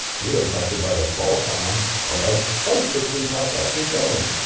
you're impacted by the qualcomm alleged price fixing class action settlement,